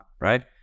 right